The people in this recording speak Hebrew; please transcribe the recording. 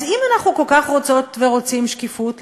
אז אם אנחנו כל כך רוצות ורוצים שקיפות,